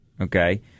Okay